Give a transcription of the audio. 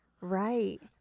Right